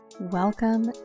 Welcome